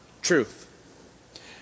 truth